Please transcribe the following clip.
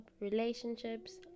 relationships